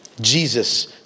Jesus